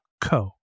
co